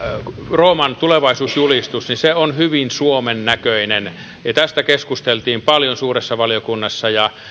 rooman tulevaisuusjulistus on hyvin suomen näköinen tästä keskusteltiin paljon suuressa valiokunnassa